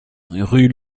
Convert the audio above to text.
rue